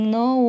no